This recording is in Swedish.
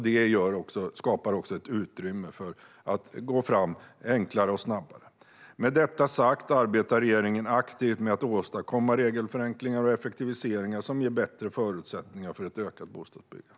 Det skapar också ett utrymme för att gå fram enklare och snabbare. Med detta sagt arbetar regeringen aktivt med att åstadkomma regelförenklingar och effektiviseringar som ger bättre förutsättningar för ett ökat bostadsbyggande.